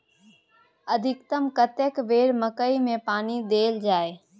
अधिकतम कतेक बेर मकई मे पानी देल जाय?